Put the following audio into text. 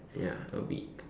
ya a week